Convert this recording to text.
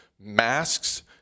masks